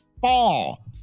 fall